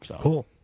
Cool